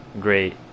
great